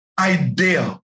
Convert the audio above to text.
idea